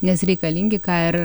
nes reikalingi ką ir